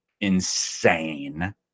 insane